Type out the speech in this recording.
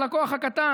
הלקוח הקטן,